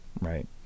Right